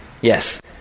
Yes